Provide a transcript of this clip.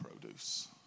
Produce